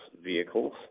vehicles